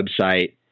website